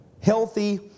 healthy